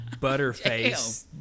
butterface